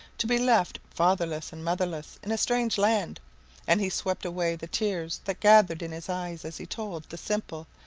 to be left fatherless and motherless, in a strange land and he swept away the tears that gathered in his eyes as he told the simple,